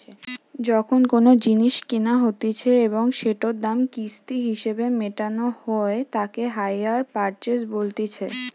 যখন কোনো জিনিস কেনা হতিছে এবং সেটোর দাম কিস্তি হিসেবে মেটানো হই তাকে হাইয়ার পারচেস বলতিছে